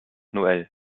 noel